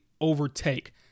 overtake